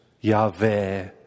Yahweh